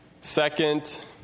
second